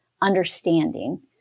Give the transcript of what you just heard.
understanding